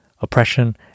oppression